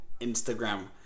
Instagram